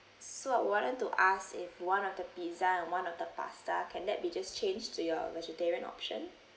so I wanted to ask if one of the pizza and one of the pasta can that be just change to your vegetarian option